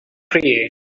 create